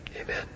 amen